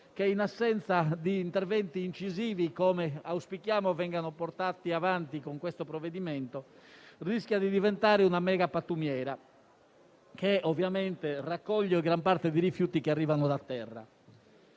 e, in assenza di interventi incisivi - come auspichiamo vengano portati avanti con questo provvedimento - rischia di diventare una megapattumiera che raccoglie gran parte dei rifiuti che arrivano da terra.